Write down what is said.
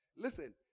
Listen